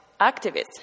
activists